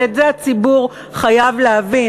ואת זה הציבור חייב להבין,